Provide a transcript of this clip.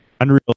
Unreal